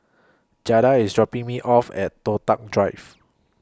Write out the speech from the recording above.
Jada IS dropping Me off At Toh Tuck Drive